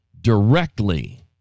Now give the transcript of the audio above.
directly